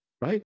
Right